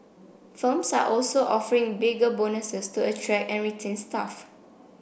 firms are also offering bigger bonuses to attract and retain staff